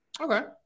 Okay